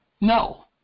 No